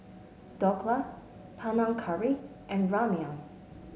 Dhokla Panang Curry and Ramyeon